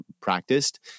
practiced